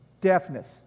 deafness